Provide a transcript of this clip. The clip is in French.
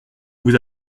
vous